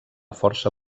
força